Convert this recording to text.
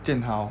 jian hao